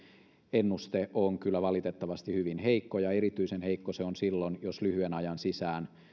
ennuste on kyllä valitettavasti hyvin heikko ja erityisen heikko se on silloin jos lyhyen ajan sisään